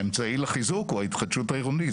האמצעי לחיזוק הוא ההתחדשות העירונית,